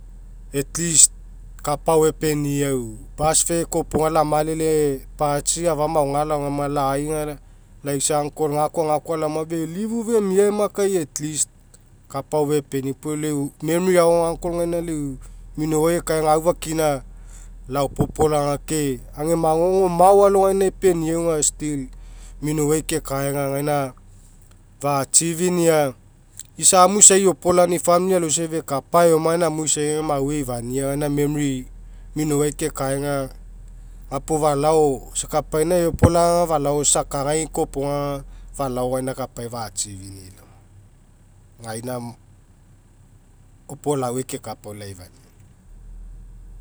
At least kapa agao epeniau bus fare koa iopaga lamalele patsi afa maoga laoma lai aga laisa uncle gakoa laoma felifi femiae makai at least kapa agao fepeniau pau lau memory agao aga uncle gaina lau minouai ekaega aufakina laopopolaga ke ega magogo mao alogaina epeniau aga still minouai kekaega gaina fa'achieve'inia isa amu isai eopola ni'i family alogai fekapa eoma aga gaina anui isai mauai meifa'a gaina memory minouai kekaega gapuo falao isa kapaina eopolaga aga isa akagai kopoga falao gaina kapai'i achieve'nii laoma. Gaina opolauai keka puo pau laifani'i.